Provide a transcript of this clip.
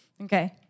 Okay